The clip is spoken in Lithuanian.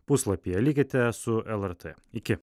puslapyje likite su lrt iki